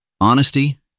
Honesty